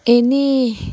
any